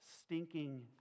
stinking